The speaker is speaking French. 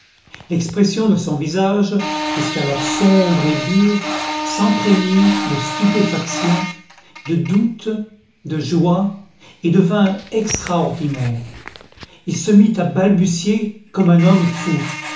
l'expression de son visage jusqu'alors sombre et dure s'empreignit de stupéfaction de doute de joie et devint extraordinaire il se mit à balbutier comme un homme fou